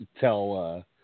tell